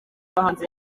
yagize